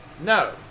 No